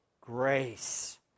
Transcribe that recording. grace